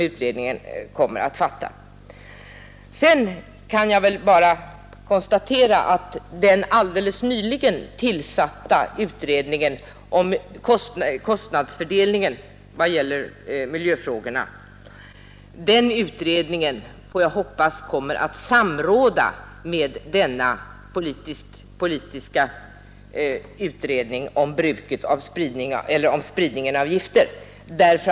Sedan kan jag bara hoppas att den alldeles nyligen tillsatta utredningen om kostnadsfördelningen vad gäller miljöfrågorna kommer att samråda med denna politiska utredning om spridningen av gifter.